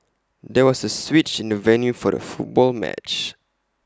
there was A switch in the venue for the football match